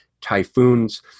typhoons